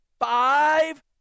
five